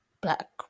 black